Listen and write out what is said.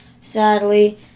sadly